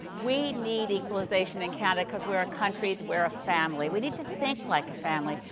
we need equalization in canada, because we're a country we're a family. we need to think like a family.